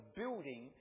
building